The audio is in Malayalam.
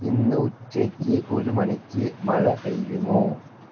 ഇന്ന് ഉച്ചയ്ക്ക് ഒരു മണിക്ക് മഴ പെയ്യുമോ